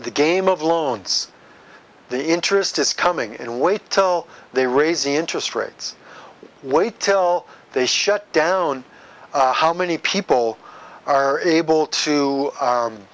the game of loans the interest is coming in wait till they raise interest rates or wait till they shut down how many people are able to